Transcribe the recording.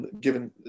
given